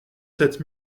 sept